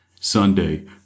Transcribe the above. Sunday